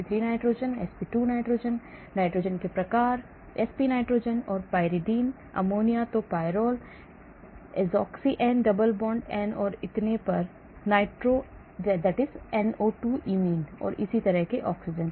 Sp3 nitrogen sp2 nitrogen nitrogen के प्रकार sp nitrogen pyridine ammonium तो pyrrole azoxy N double bond N और इतने पर नाइट्रो NO2 imine और इसी तरह ऑक्सीजन